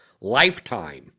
Lifetime